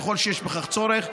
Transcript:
ככל שיש בכך צורך.